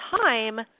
time